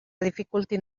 dificultin